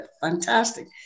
fantastic